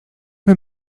mir